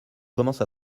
commence